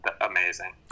amazing